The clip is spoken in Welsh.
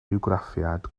bywgraffiad